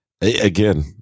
Again